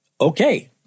okay